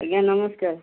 ଆଜ୍ଞା ନମସ୍କାର